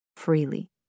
Freely